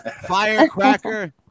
Firecracker